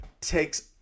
takes